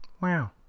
Wow